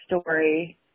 story